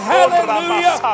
Hallelujah